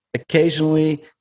Occasionally